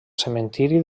cementiri